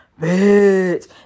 bitch